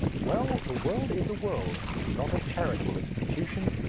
well, the world is a world, not a charitable institution,